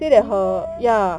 really meh